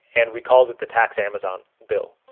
and we called it the tax amazon bill,